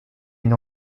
une